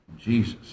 Jesus